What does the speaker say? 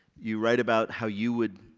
you write about how you would,